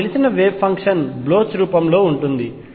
నాకు తెలిసిన wave function Bloch రూపంలో ఉంటుంది